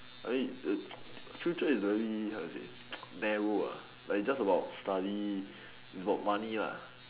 I mean eh the future is very how to say narrow ah it's just about studies it's about money lah